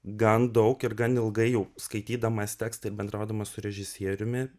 gan daug ir gan ilgai jau skaitydamas tekstą ir bendraudamas su režisieriumi